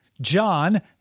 john